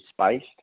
spaced